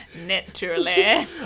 naturally